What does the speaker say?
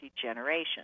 degeneration